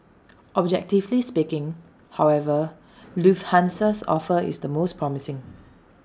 objectively speaking however Lufthansa's offer is the most promising